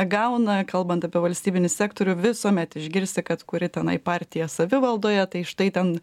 gauna kalbant apie valstybinį sektorių visuomet išgirsi kad kuri tenai partija savivaldoje tai štai ten